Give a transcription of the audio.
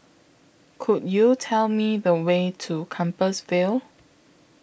Could YOU Tell Me The Way to Compassvale